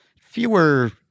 fewer